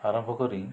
ଆରମ୍ଭ କରି